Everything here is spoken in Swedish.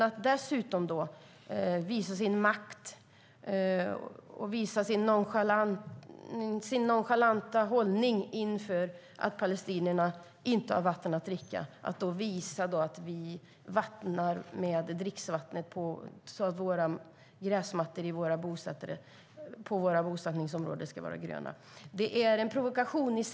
Att dessutom visa sin makt och sin nonchalanta hållning inför att palestinierna inte har vatten att dricka genom att vattna gräsmattorna med dricksvatten så att bosättningsområdena ska vara gröna är en provokation.